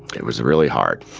it was really hard